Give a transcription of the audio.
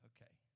Okay